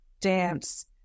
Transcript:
dance